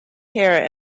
hair